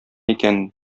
икән